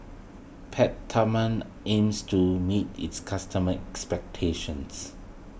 Peptamen aims to meet its customers' expectations